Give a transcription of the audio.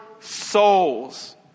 souls